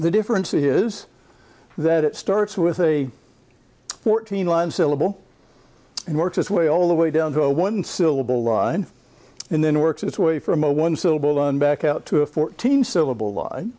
the difference here is that it starts with a fourteen line syllable and works its way all the way down to a one syllable line and then works its way from a one syllable and back out to a fourteen syllable line